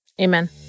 Amen